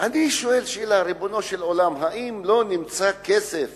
אני שואל שאלה, ריבונו של עולם, האם לא נמצא כסף